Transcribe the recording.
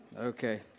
Okay